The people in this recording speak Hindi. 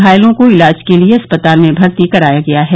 घायलों को इलाज के लिये अस्पताल में भर्ती कराया गया है